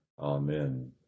Amen